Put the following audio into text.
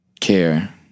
care